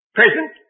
present